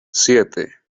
siete